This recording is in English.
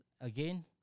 again